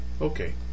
Okay